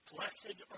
Blessed